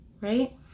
Right